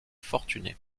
fortuné